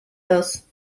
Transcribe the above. das